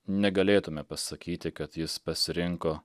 negalėtume pasakyti kad jis pasirinko